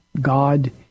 God